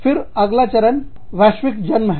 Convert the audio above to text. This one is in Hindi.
फिर अगला चरण वैश्विक जन्म है